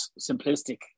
simplistic